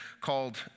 called